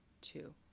two